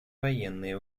военные